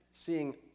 seeing